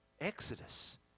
Exodus